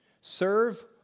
Serve